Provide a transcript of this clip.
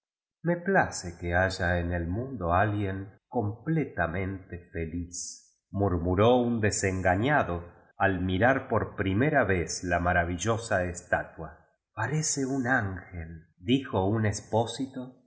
me place que baya en el mundo alguien com pletamente feliz murmuró un desengañado ni mirar por primera vez la maravillóte estatua parece un ángel dijo un expósito